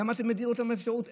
למה אתה מדיר אותן מהאפשרות?